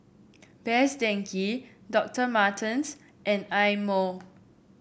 Best Denki Doctor Martens and Eye Mo